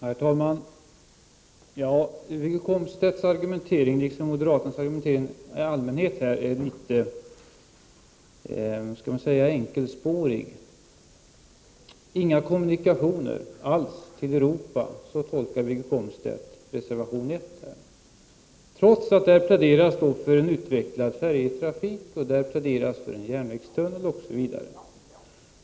Herr talman! Wiggo Komstedts argumentering är litet enkelspårig, liksom moderaternas argumentering i allmänhet. Wiggo Komstedt tolkar reservation 1 som att vi inte vill ha några kommunikationer alls till Europa, trots att det i reservationen pläderas för en utvecklad färjetrafik, en järnvägstunnel osv.